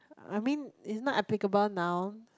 I mean is not applicable now